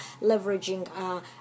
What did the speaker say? leveraging